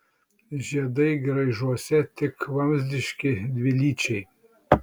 žiedai graižuose tik vamzdiški dvilyčiai